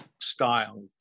style